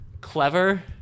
clever